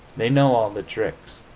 they know all the tricks.